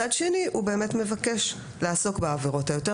מצד שני הוא באמת מבקש לעסוק בעבירות היותר